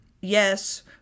yes